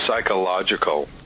psychological